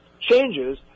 changes